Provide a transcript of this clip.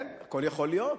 כן, הכול יכול להיות.